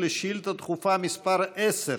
לדוכן על מנת להשיב על שאילתה דחופה מס' 10,